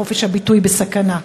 חופש הביטוי בסכנה.